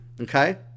okay